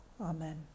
Amen